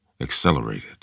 accelerated